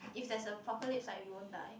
if there's a apocalypse ah we won't die